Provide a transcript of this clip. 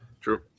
True